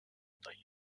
aday